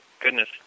Goodness